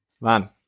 man